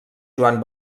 joan